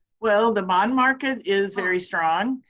well, the bond market is very strong,